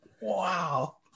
wow